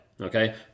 Okay